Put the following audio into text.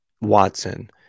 Watson